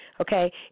okay